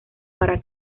para